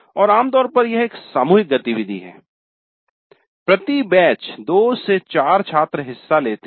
और आम तौर पर यह एक सामूहिक गतिविधि है प्रति बैच 2 से 4 छात्र हिस्सा लेते है